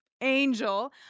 angel